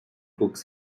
cooks